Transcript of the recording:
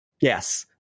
Yes